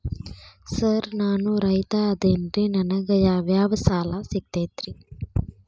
Sir ನಾನು ರೈತ ಅದೆನ್ರಿ ನನಗ ಯಾವ್ ಯಾವ್ ಸಾಲಾ ಸಿಗ್ತೈತ್ರಿ?